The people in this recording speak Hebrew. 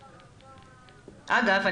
אגב,